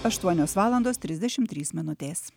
aštuonios valandos trisdešimt trys minutės